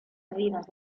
medidas